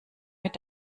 mit